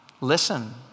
listen